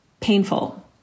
painful